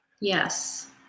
Yes